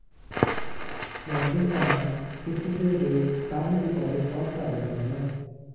Floating बनाम fixed rate term deposit कौन सा बेहतर है?